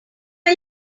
are